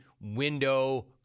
window